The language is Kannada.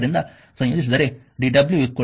ಆದ್ದರಿಂದ ಸಂಯೋಜಿಸಿದರೆ dw pdt ಆಗಿರುತ್ತದೆ